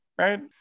right